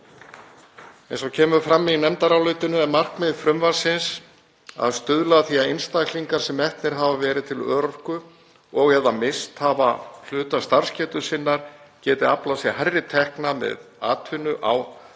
Eins og kemur fram í nefndarálitinu er markmið frumvarpsins að stuðla að því að einstaklingar sem metnir hafa verið til örorku og/eða misst hafa hluta starfsgetu sinnar geti aflað sér hærri tekna með atvinnu áður